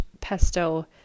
pesto